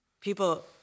People